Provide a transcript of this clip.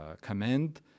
command